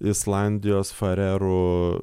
islandijos farerų